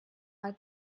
mal